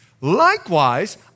Likewise